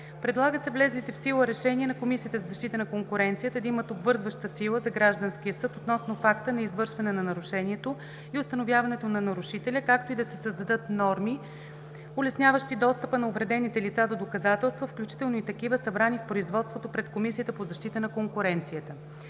Предлага се влезлите в сила решения на Комисията за защита на конкуренцията да имат обвързваща сила за гражданския съд относно факта на извършване на нарушението и установяването на нарушителя, както и да се създадат норми, улесняващи достъпа на увредените лица до доказателства, включително и такива, събрани в производството пред Комисията по защита на конкуренцията.